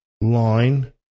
line